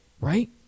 right